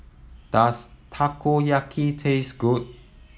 does Takoyaki taste good